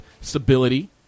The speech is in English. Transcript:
stability